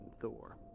Thor